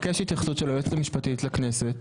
אבל אני מבקש התייחסות של היועצת המשפטית לכנסת,